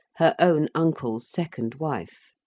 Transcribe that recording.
her own uncle's second wife.